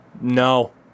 No